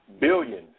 Billions